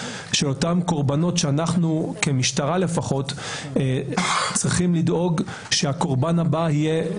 של אותם קורבנות שאנחנו כמשטרה לפחות צריכים לדאוג שהקורבן הבא לא יהיה,